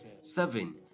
seven